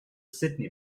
sydney